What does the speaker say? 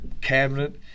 cabinet